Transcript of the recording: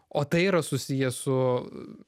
o tai yra susiję su